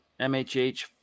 MHH